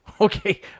Okay